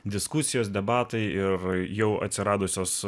diskusijos debatai ir jau atsiradusios